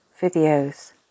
videos